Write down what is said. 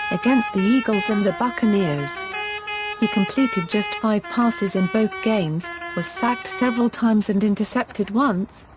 against the eagles and the buccaneers he completed just five passes in both games, was sacked several times and intercepted once,